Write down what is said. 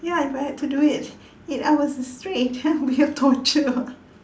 ya if I had to do it eight hours straight that'll be a torture